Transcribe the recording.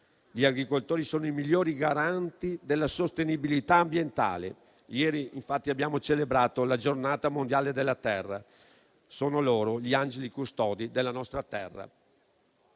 Gli agricoltori sono i migliori garanti della sostenibilità ambientale. Ieri, infatti, abbiamo celebrato la Giornata mondiale della terra. Sono loro gli angeli custodi della nostra terra.